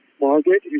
Margaret